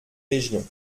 régions